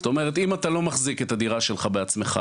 זאת אומרת אם אתה לא מחזיק את הדירה שלך בעצמך,